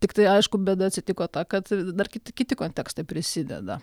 tiktai aišku bėda atsitiko ta kad dar kiti kiti kontekstai prisideda